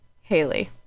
Haley